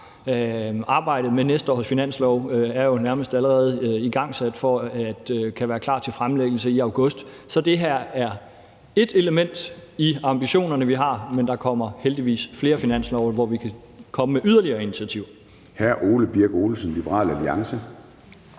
Arbejdet med næste års finanslov er jo nærmest allerede igangsat for at kunne være klar til en fremlæggelse i august. Så det her er ét element i de ambitioner, vi har. Men der kommer heldigvis flere finanslove, hvor vi kan komme med yderligere initiativer. Kl. 10:06 Formanden